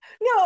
no